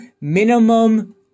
minimum